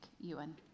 Ewan